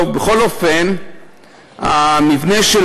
בכל אופן, המבנה של